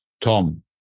Tom